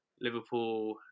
Liverpool